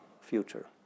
future